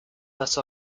that